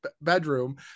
bedroom